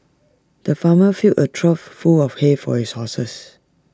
the farmer filled A trough full of hay for his horses